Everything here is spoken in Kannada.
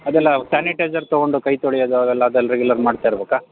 ಅದೆಲ್ಲ ಸ್ಯಾನಿಟೈಝರ್ ತಗೊಂಡು ಕೈ ತೊಳಿಯದು ಅವೆಲ್ಲ ಅದೆಲ್ಲ ರೆಗ್ಯುಲರ್ ಮಾಡ್ತಾ ಇರಬೇಕಾ